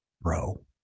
bro